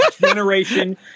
generation